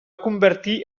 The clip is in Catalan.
convertir